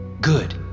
Good